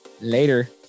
later